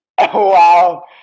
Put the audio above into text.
Wow